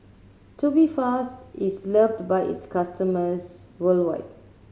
Tubifast is loved by its customers worldwide